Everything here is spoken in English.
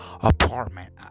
apartment